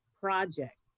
project